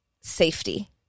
safety